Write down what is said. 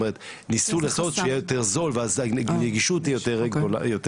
ניסו לעשות שיהיה יותר זול ואז הנגישות היא יותר קלה.